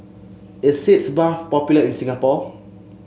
is Sitz Bath popular in Singapore